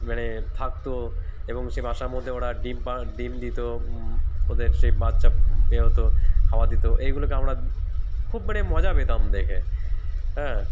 মানে থাকতো এবং সে বাসার মধ্যে ওরা ডিম পা ডিম দিত ওদের সেই বাচ্চা ইয়ে হতো খাওয়া দিত এইগুলোকে আমরা খুব মানে মজা পেতাম দেখে হ্যাঁ